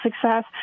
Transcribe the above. success